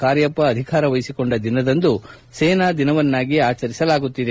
ಕಾರ್ಯಪ್ಪ ಅಧಿಕಾರ ವಹಿಸಿಕೊಂಡ ದಿನದಂದು ಸೇನಾ ದಿನವನ್ಯಾಗಿ ಆಚರಿಸಲಾಗುತ್ತಿದೆ